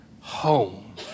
home